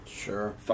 Sure